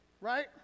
Right